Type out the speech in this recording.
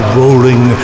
rolling